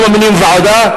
לא ממנים ועדה,